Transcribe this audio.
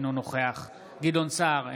אינו נוכח גדעון סער,